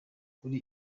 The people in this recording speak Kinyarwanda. kuri